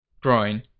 groin